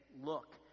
look